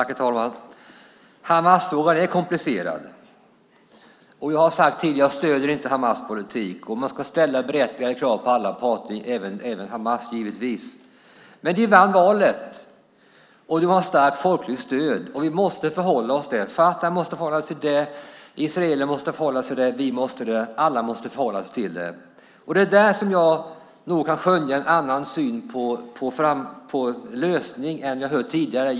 Herr talman! Hamasfrågan är komplicerad, och jag har sagt tidigare att jag inte stöder Hamas politik. Man ska ställa berättigade krav på alla parter, även Hamas givetvis. Men de vann valet, och de måste ha haft folkligt stöd. Vi måste förhålla oss till det. al-Fatah måste förhålla sig till det. Israeler måste förhålla sig till det. Alla måste förhålla sig till det. Det är där som jag nog kan skönja en annan syn på en lösning än jag har hört tidigare.